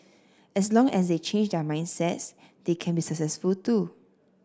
as long as they change their mindsets they can be successful too